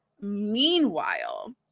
meanwhile